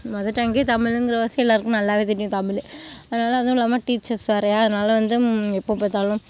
mother டங்க்கே தமிழுங்கிறவாசி எல்லாேருக்குமே நல்லாவே தெரியும் தமிழ் அதனால அதுவும் இல்லாமல் டீச்சர்ஸ் வேறயா அதனால வந்து எப்போது பார்த்தாலும்